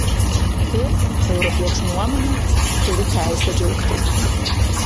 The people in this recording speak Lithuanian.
ir europiečių nuomone turi teisę džiaugtis